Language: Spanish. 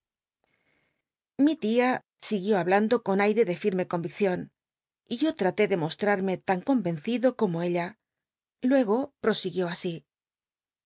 ri tia siguió hablando con aire de fi me colwiccion y yo llaté de moslla mc tan conrencido como ella luego lli'osiguió así